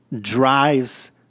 drives